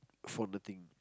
for nothing